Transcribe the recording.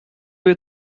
you